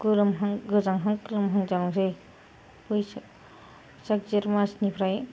गोजांहां गोलोमहां गोजांसै बैसाग जेतमासनिफ्राय